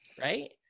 right